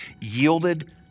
yielded